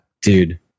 Dude